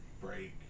break